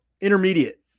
Intermediate